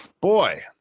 boy